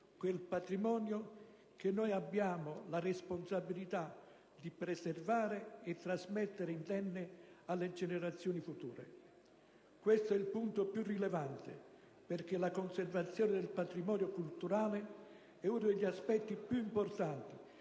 quel patrimonio che noi abbiamo la responsabilità di preservare e trasmettere indenne alle generazioni future. Questo è il punto più rilevante, perché la conservazione del patrimonio culturale è uno degli aspetti più importanti